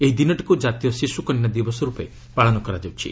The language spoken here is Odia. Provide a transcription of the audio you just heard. ଏହି ଦିନଟିକୁ ଜାତୀୟ ଶିଶୁ କନ୍ୟା ଦିବସ ରୂପେ ପାଳନ କରାଯାଉଛି